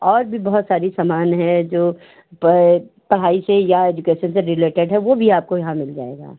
और भी बहुत सारी समान है जो प पढ़ाई से या एजुकेशन से रिलेटेड है वो भी यहाँ आपको मिल जाएगा